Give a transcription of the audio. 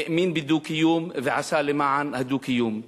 האמין בדו-קיום ועשה למען הדו-קיום,